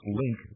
link